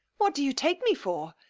what do you take me for?